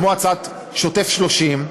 כמו הצעת שוטף פלוס 30,